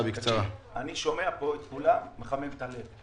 אני שומע כאן את כולם וזה מחמם את הלב.